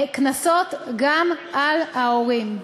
קנסות גם על ההורים.